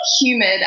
humid